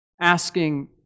Asking